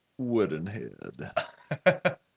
Woodenhead